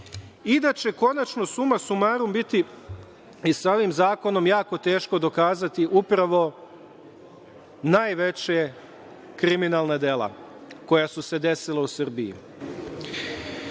i da će konačno suma sumarum biti i sa ovim zakonom jako teško dokazati upravo najveća kriminalna dela koja su se desila u Srbiji. Moja